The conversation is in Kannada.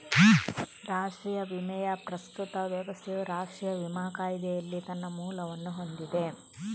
ರಾಷ್ಟ್ರೀಯ ವಿಮೆಯ ಪ್ರಸ್ತುತ ವ್ಯವಸ್ಥೆಯು ರಾಷ್ಟ್ರೀಯ ವಿಮಾ ಕಾಯಿದೆಯಲ್ಲಿ ತನ್ನ ಮೂಲವನ್ನು ಹೊಂದಿದೆ